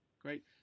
Great